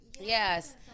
Yes